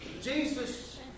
Jesus